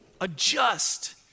adjust